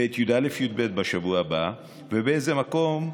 ואת י"א י"ב בשבוע הבא, ובאיזה מקום ז'